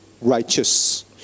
righteous